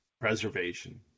preservation